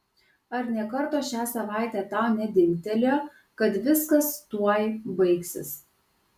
ar nė karto šią savaitę tau nedingtelėjo kad viskas tuoj baigsis